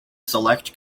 select